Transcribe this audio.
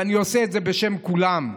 ואני עושה את זה בשם כולם.